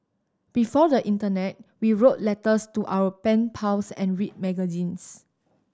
before the internet we wrote letters to our pen pals and read magazines